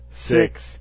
six